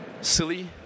silly